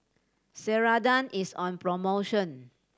Ceradan is on promotion